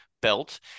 belt